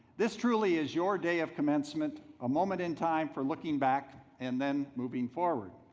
this truly is your day of commencement, a moment in time for looking back and then moving forward.